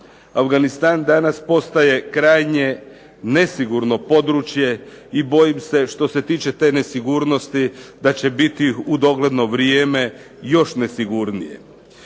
Afganistan danas postaje krajnje nesigurno područje i bojim se što se tiče te nesigurnosti da će biti u dogledno vrijeme još nesigurnije.